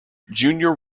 junior